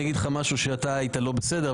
אגיד לך משהו שאתה היית לא בסדר,